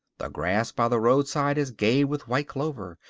the grass by the roadside is gay with white clover,